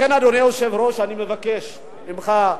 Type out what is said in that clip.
לכן, אדוני היושב-ראש, אני מבקש ממך,